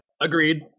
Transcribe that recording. Agreed